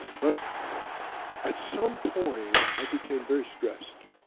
but at some point i became very stressed.